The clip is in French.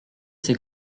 ces